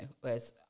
whereas